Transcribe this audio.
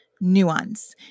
nuance